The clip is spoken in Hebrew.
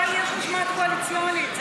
אבל יש משמעת קואליציונית.